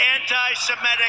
anti-Semitic